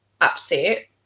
upset